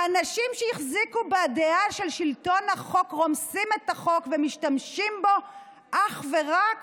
האנשים שהחזיקו בדעה של שלטון החוק רומסים את החוק ומשתמשים בו אך ורק